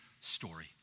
story